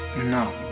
No